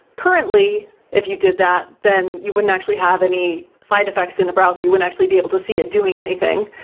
currently if you did that then you wouldn't actually have any side effects in the browser. you won't actually be able to see it doing anything,